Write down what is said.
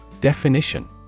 Definition